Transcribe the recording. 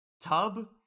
tub